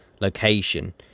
location